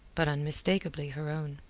but unmistakably her own.